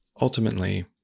ultimately